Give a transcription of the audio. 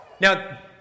Now